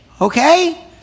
Okay